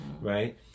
Right